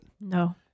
No